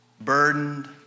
burdened